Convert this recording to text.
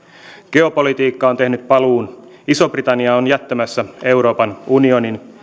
geopolitiikka on tehnyt paluun iso britannia on jättämässä euroopan unionin